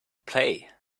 play